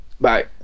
Bye